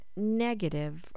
Negative